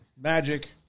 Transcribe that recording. magic